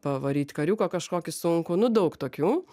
pavaryt kariuką kažkokį sunkų nu daug tokių